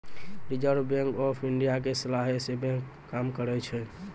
reserve bank of India के सलाहे से बैंक काम करै छै